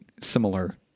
similar